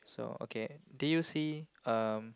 so okay do you see um